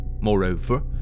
Moreover